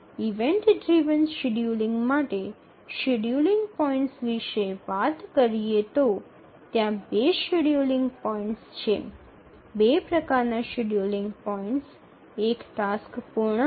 event driven scheduling માટેના scheduling points વિશે વાત કરીએ તો ત્યાં બે શેડ્યૂલિંગ પોઇન્ટ્સ છે એક ટાસ્ક પૂર્ણ કરવા